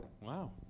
Wow